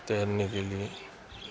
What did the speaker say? تیرنے کے لیے